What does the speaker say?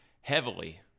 heavily